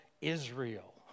Israel